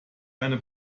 eine